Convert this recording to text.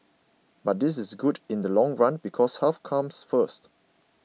but this is good in the long run because health comes first